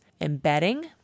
Embedding